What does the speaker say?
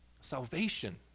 Salvation